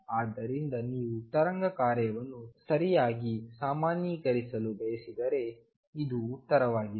ಆದ್ದರಿಂದ ನೀವು ತರಂಗ ಕಾರ್ಯವನ್ನು ಸರಿಯಾಗಿ ಸಾಮಾನ್ಯೀಕರಿಸಲು ಬಯಸಿದರೆ ಇದು ಉತ್ತರವಾಗಿದೆ